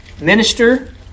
minister